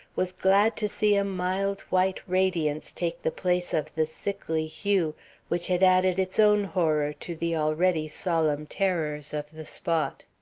was glad to see a mild white radiance take the place of the sickly hue which had added its own horror to the already solemn terrors of the spot.